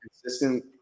consistent